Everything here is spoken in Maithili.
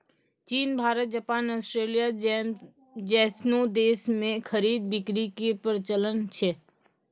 चीन भारत जापान आस्ट्रेलिया जैसनो देश मे खरीद बिक्री के प्रचलन छै